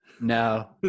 no